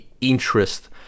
interest